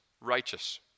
righteous